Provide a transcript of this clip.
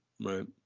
right